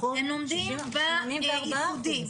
הם לומדים בייחודי,